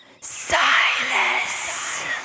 Silas